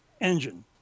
engine